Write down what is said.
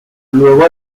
luego